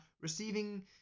receiving